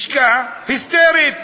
לשכה היסטרית,